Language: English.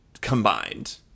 combined